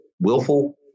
willful